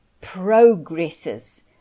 progresses